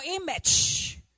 image